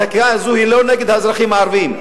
החקיקה הזאת היא לא נגד האזרחים הערבים,